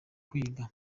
kwiga